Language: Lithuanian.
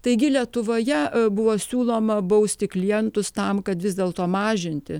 taigi lietuvoje buvo siūloma bausti klientus tam kad vis dėlto mažinti